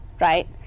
right